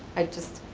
i just,